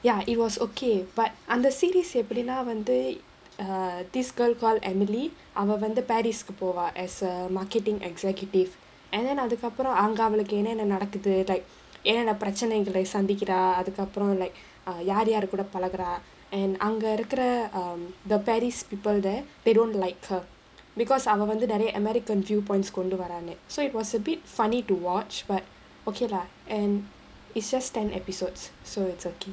ya it was okay but அந்த:andha series எப்படினா வந்து:eppadinaa vandhu err this girl called emily அவ வந்து:ava vandhu paris போவா:povaa as a marketing executive and அதுக்கப்பறம் அங்க அவளுக்கு என்னன்ன நடக்குது:athukapparam anga avalukku ennanna nadakuthu like என்னன்ன பிரச்சனைகளை சந்திக்கிறா அதுக்கப்பறம்:ennanna pirachanaigalai sandhikkiraa athukaaparam like uh யார் யார் கூட பழகுறா:yaar yaar kooda palaguraa and அங்க இருக்குற:anga irukkura um the paris people there they don't like her because அவ வந்து நறைய:ava vandhu naraiya american viewpoints கொண்டு வரானு:kondu varaanu so it was a bit funny to watch but okay lah and it's just ten episodes so it's okay